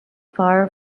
far